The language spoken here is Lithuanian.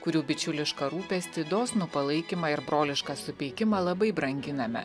kurių bičiulišką rūpestį dosnų palaikymą ir brolišką supeikimą labai branginame